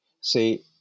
See